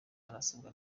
arasabwa